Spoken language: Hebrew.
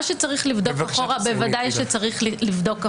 מה שצריך לבדוק אחורה בוודאי צריך לבדוק אחורה.